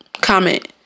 Comment